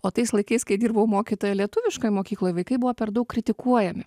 o tais laikais kai dirbau mokytoja lietuviškoj mokykloj vaikai buvo per daug kritikuojami